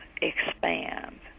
expand